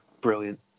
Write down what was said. brilliant